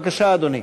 בבקשה, אדוני.